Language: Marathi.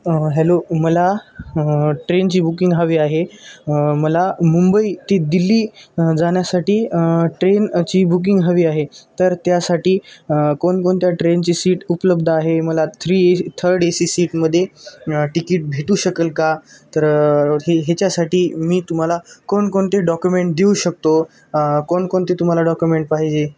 हॅलो मला ट्रेनची बुकिंग हवी आहे मला मुंबई ती दिल्ली जाण्यासाठी ट्रेनची बुकिंग हवी आहे तर त्यासाठी कोणकोणत्या ट्रेनची सीट उपलब्ध आहे मला three A third A C सीटमध्ये तिकीट भेटू शकंल का तर हे ह्याच्यासाठी मी तुम्हाला कोणकोणते डॉक्युमेंट देऊ शकतो कोणकोणते तुम्हाला डॉक्युमेंट पाहिजे